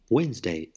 Wednesday